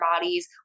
bodies